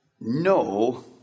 no